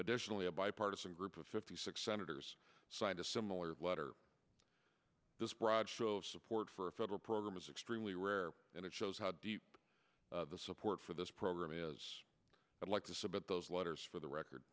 additionally a bipartisan group of fifty six senators signed a similar letter this broad show of support for a federal program is extremely rare and it shows how deep the support for this program is i'd like to submit those letters for the record